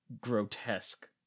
grotesque